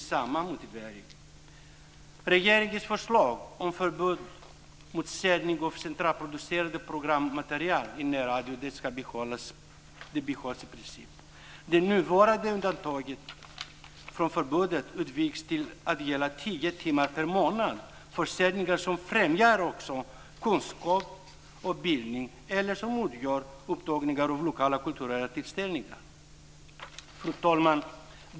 Så sägs det i motionen.